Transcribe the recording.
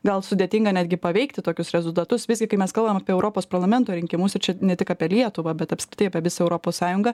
gal sudėtinga netgi paveikti tokius rezultatus visgi kai mes kalbam apie europos parlamento rinkimus ir čia ne tik apie lietuvą bet apskritai apie visą europos sąjungą